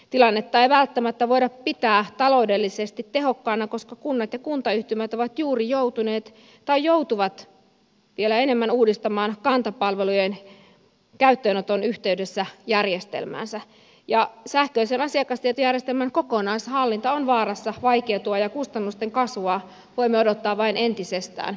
tilannetta ei välttämättä voida pitää taloudellisesti tehokkaana koska kunnat ja kuntayhtymät ovat juuri joutuneet tai joutuvat vielä enemmän uudistamaan kanta palvelujen käyttöönoton yhteydessä järjestelmäänsä ja sähköisen asiakastietojärjestelmän kokonaishallinta on vaarassa vaikeutua ja kustannusten kasvua voimme odottaa vain entisestään